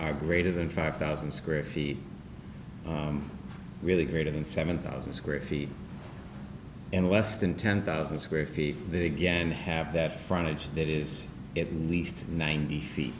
are greater than five thousand square feet really greater than seven thousand square feet and less than ten thousand square feet again have that frontage that is at least nine